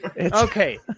Okay